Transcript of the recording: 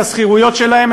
את השכירויות שלהם,